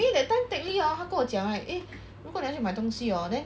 eh time take teck lee hor 他跟我讲 right eh 如果你要去买东西 hor then